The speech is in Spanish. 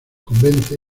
convence